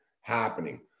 happening